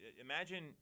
Imagine